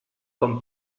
con